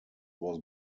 was